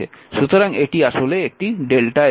সুতরাং এটি আসলে একটি Δ এ রয়েছে